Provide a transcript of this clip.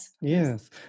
Yes